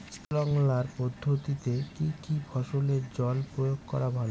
Sprinkler পদ্ধতিতে কি কী ফসলে জল প্রয়োগ করা ভালো?